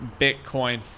Bitcoin